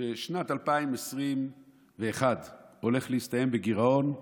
ששנת 2021 הולכת להסתיים בגירעון,